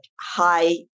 high